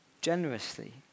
generously